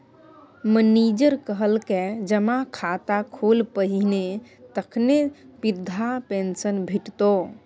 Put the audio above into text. manager कहलकै जमा खाता खोल पहिने तखने बिरधा पेंशन भेटितौ